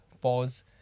pause